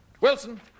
Wilson